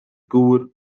gŵr